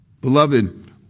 Beloved